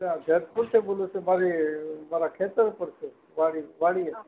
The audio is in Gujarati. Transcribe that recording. એ જેતપુરથી બોલું છું મારી મારા ખેતર પર છું વાડી વાડીએ